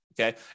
okay